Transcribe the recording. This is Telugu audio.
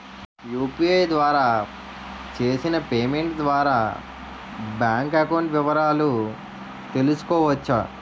యు.పి.ఐ ద్వారా చేసిన పేమెంట్ ద్వారా బ్యాంక్ అకౌంట్ వివరాలు తెలుసుకోవచ్చ?